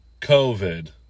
COVID